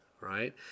right